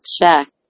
check